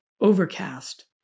overcast